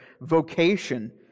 vocation